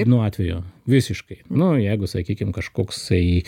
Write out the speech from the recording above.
nuo atvejo visiškai nu jeigu sakykim kažkoksai